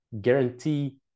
guarantee